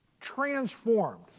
transformed